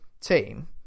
team